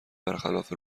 برخلاف